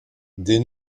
des